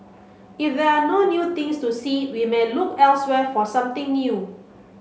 if there are no new things to see we may look elsewhere for something new